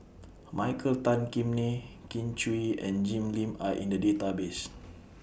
Michael Tan Kim Nei Kin Chui and Jim Lim Are in The Database